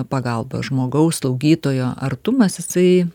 pagalba žmogaus slaugytojo artumas jisai